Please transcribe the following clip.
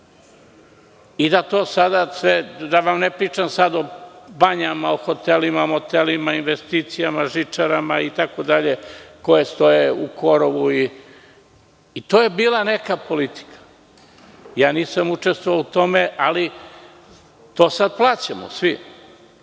i sve napušteno. Da vam ne pričam sad o banjama, o hotelima, motelima, investicijama, žičarama, itd, koje stoje u korovu. I to je bila neka politika. Ja nisam učestvovao u tome, ali to sad svi plaćamo.